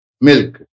milk